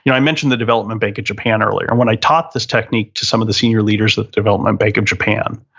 you know i mentioned the development bank of japan earlier and when i taught this technique to some of the senior leaders at the development bank of japan,